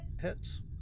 Hits